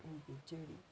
B J D